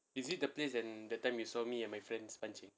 is it the place that that time you saw me and my friend pancing